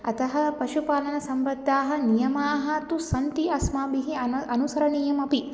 अतः पशुपालनसम्बद्धाः नियमाः तु सन्ति अस्माभिः अन अनुसरणीयम् अपि